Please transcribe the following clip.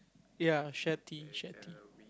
ya Share-Tea Share-Tea